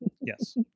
yes